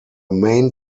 main